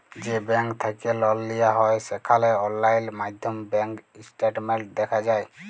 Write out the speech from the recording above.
যে ব্যাংক থ্যাইকে লল লিয়া হ্যয় সেখালে অললাইল মাইধ্যমে ব্যাংক ইস্টেটমেল্ট দ্যাখা যায়